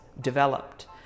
developed